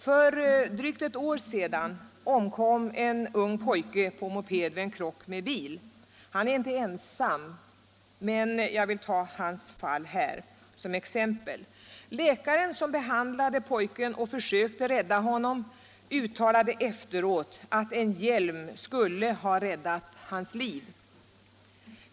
För drygt ett år sedan omkom en ung pojke på moped vid krock med en bil. Hans fall är inte unikt, men jag tar upp det här som exempel. Läkaren som behandlade pojken uttalade efteråt att en hjälm skulle ha räddat hans liv.